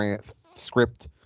script